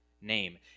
Name